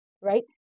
right